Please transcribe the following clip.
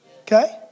Okay